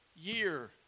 year